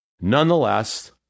Nonetheless